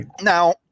Now